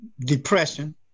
depression